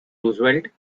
roosevelt